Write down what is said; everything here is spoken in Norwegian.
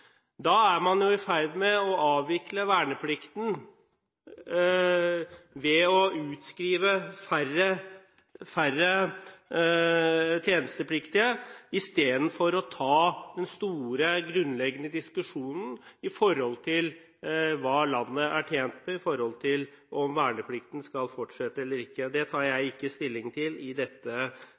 Man er i ferd med å avvikle verneplikten ved å utskrive færre tjenestepliktige, istedenfor å ta den store, grunnleggende diskusjonen om hva landet er tjent med i forhold til om verneplikten skal fortsette eller ikke. Det tar jeg ikke stilling til i dette